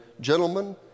gentlemen